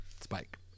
Spike